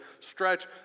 stretch